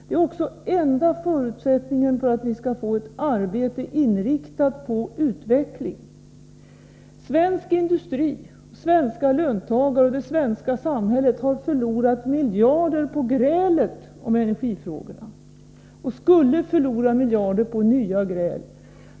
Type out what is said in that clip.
Det är den enda förutsättningen för att vi skall få till stånd ett arbete som är inriktat på utveckling. Svensk industri, svenska löntagare och det svenska samhället har förlorat miljarder på grälet i energifrågorna och skulle förlora miljarder på nya gräl.